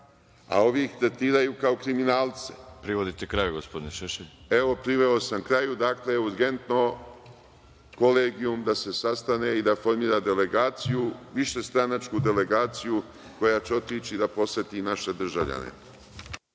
a ovi ih tretiraju kao kriminalce. **Veroljub Arsić** Privodite kraju. **Vojislav Šešelj** Evo, priveo sam kraju. Dakle, urgentno kolegijum da se sastane i da formira delegaciju, višestranačku delegaciju koja će otići da poseti naše državljane.